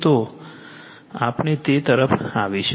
તો આપણે તે તરફ આવીશું